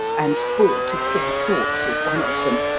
and sport of all sorts is one of them.